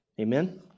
Amen